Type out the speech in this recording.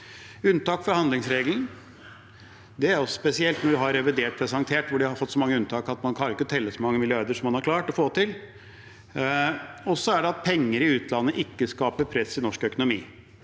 Unntak fra handlingsregelen er også spesielt når vi har fått presentert revidert, hvor de har fått så mange unntak at man ikke kan telle hvor mange milliarder man har klart å få til. Så er det at penger i utlandet ikke skaper press i norsk økonomi.